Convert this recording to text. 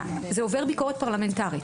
זה עובר ביקורת פרלמנטרית.